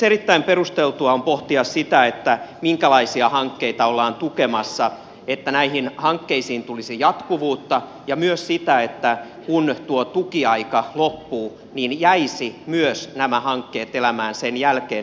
erittäin perusteltua on pohtia myös sitä minkälaisia hankkeita ollaan tukemassa että näihin hankkeisiin tulisi jatkuvuutta ja myös sitä että kun tuo tukiaika loppuu niin nämä hankkeet jäisivät elämään myös sen jälkeen